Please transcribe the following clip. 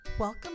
Welcome